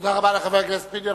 תודה לחבר הכנסת פיניאן.